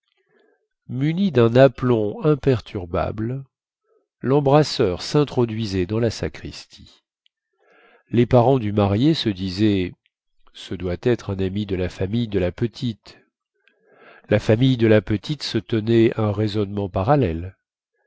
muni dun aplomb imperturbable lembrasseur sintroduisait dans la sacristie les parents du marié se disaient ce doit être un ami de la famille de la petite la famille de la petite se tenait un raisonnement parallèle